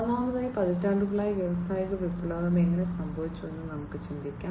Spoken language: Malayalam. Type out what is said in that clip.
ഒന്നാമതായി പതിറ്റാണ്ടുകളായി വ്യാവസായിക വിപ്ലവം എങ്ങനെ സംഭവിച്ചുവെന്ന് നമുക്ക് ചിന്തിക്കാം